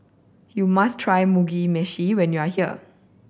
you must try Mugi Meshi when you are here